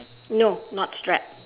no not strap